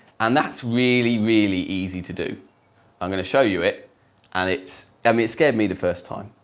and that's really really easy to do i'm going to show you it and it's got me scared me the first time